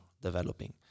developing